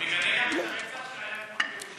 מגנה גם את הרצח שהיה בירושלים?